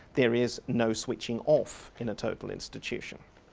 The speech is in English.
there is no switching off in a total institution.